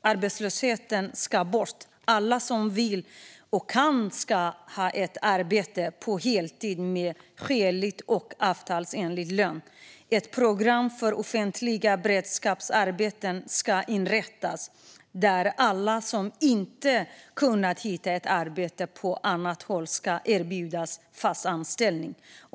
Arbetslösheten ska bort. Alla som vill och kan ska ha ett arbete på heltid med skälig och avtalsenlig lön. Ett program för offentliga beredskapsarbeten ska inrättas, där alla som inte kunnat hitta ett arbete på annat håll ska erbjudas fast anställning.